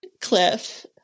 cliff